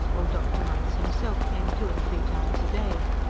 old dr. munce himself came two and three times a day.